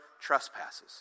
trespasses